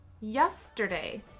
Yesterday